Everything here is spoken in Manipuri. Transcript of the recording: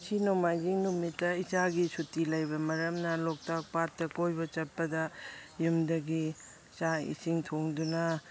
ꯉꯁꯤ ꯅꯣꯡꯃꯥꯏꯖꯤꯡ ꯅꯨꯃꯤꯠꯇ ꯏꯆꯥꯒꯤ ꯁꯨꯇꯤ ꯂꯩꯕ ꯃꯔꯝꯅ ꯂꯣꯛꯇꯥꯛ ꯄꯥꯠꯇ ꯀꯣꯏꯕ ꯆꯠꯄꯗ ꯌꯨꯝꯗꯒꯤ ꯆꯥꯛ ꯏꯁꯤꯡ ꯊꯣꯡꯗꯨꯅ